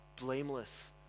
blameless